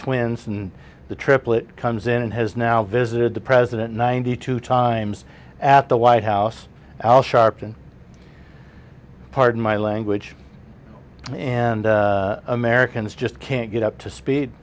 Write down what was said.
twins and the triplet comes in and has now visited the president ninety two times at the white house al sharpton pardon my language and americans just can't get up to speed